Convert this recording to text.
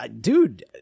dude